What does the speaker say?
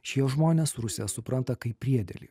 šie žmonės rusiją supranta kaip priedėlį